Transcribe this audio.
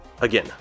again